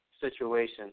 situation